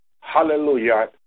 hallelujah